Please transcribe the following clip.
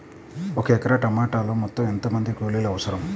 ఒక ఎకరా టమాటలో మొత్తం ఎంత మంది కూలీలు అవసరం?